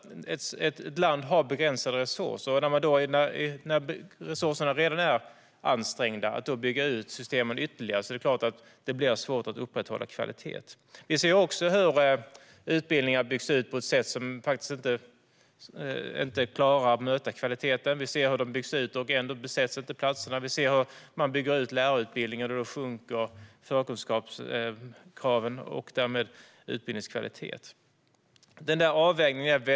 Ett land har begränsade resurser. Om man ska bygga ut systemen ytterligare när resurserna redan är ansträngda blir det såklart svårt att upprätthålla kvaliteten. Vi ser också att utbildningar byggs också ut på ett sådant sätt att de inte klarar att möta kvalitetskraven. De byggs ut, och ändå besätts inte platserna. Man bygger ut lärarutbildningen, och då sjunker förkunskapskraven och därmed kvaliteten på utbildningen.